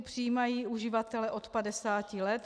Přijímají uživatele od 50 let.